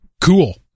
cool